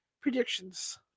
predictions